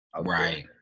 right